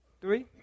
three